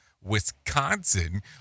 wisconsin